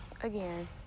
again